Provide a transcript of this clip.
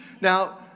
Now